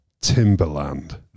Timberland